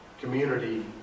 Community